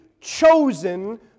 chosen